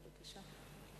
בבקשה.